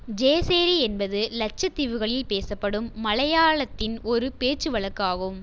ஜேசேரி என்பது லட்சத்தீவுகளில் பேசப்படும் மலையாளத்தின் ஒரு பேச்சுவழக்காகும்